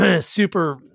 super